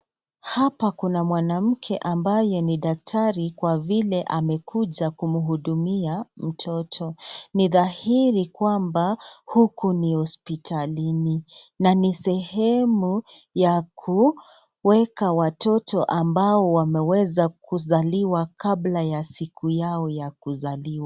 Hapa kuna mwanamke ambaye ni daktari kwa vile, amekuja kumhudumia mtoto. Ni dhahiri kwamba, huku ni hospitalini, na ni sehemu ya kuweka watoto ambao wameweza kuzaliwa kabla ya siku yao ya kuzaliwa.